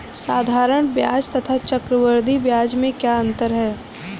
साधारण ब्याज तथा चक्रवर्धी ब्याज में क्या अंतर है?